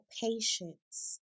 patience